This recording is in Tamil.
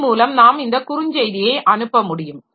அதன் மூலம் நாம் இந்த குறுஞ்செய்தியை அனுப்பமுடியும்